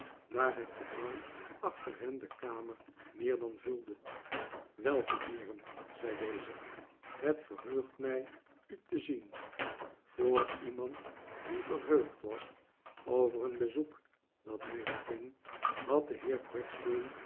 daar het gedrang achter hen de kamer meer dan vulde welkom heeren zei deze het verheugt mij u t'e zien voor iemand die verheugd was over een bezoek dat hij ontving had de heer